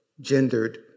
gendered